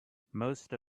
most